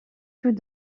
tous